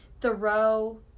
Thoreau